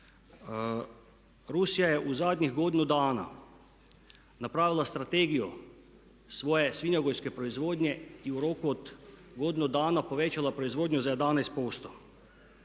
Rusija je u zadnjih godinu dana napravila strategiju svoje svinjogojske proizvodnje i u roku od godinu dana povećala proizvodnju za 11%.